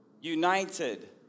united